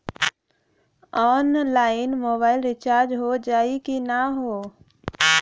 Online mobile recharge हो जाई की ना हो?